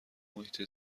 محیط